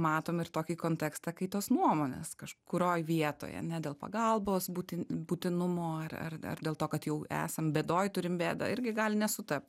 matome ir tokį kontekstą kai tos nuomonės kažkurioj vietoj ane dėl pagalbos būti būtinumo ar ar ar dar dėl to kad jau esam bėdoj turim bėdą irgi gali nesutapt